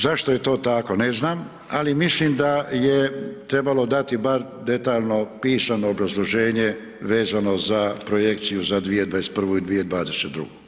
Zašto je to tako, ne znam ali mislim da je trebalo dati bar detaljno pisano obrazloženje vezano za projekciju za 2021. i 2022.